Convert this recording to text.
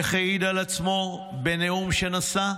איך העיד על עצמו בנאום שנשא?